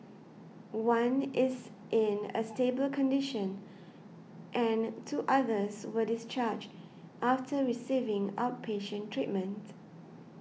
one is in a stable condition and two others were discharged after receiving outpatient treatment